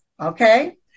okay